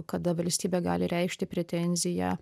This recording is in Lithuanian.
kada valstybė gali reikšti pretenziją